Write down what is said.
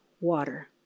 water